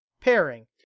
pairing